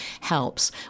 helps